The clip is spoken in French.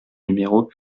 numéro